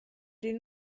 den